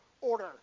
order